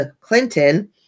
clinton